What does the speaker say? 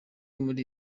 muri